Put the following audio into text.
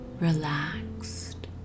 relaxed